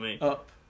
up